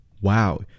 Wow